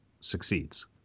succeeds